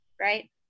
right